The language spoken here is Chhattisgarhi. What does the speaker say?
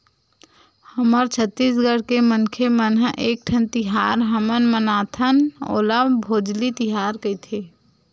हमर छत्तीसगढ़ के मनखे मन ह एकठन तिहार हमन मनाथन ओला भोजली तिहार कइथे